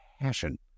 passion